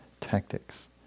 tactics